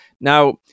Now